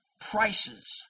Prices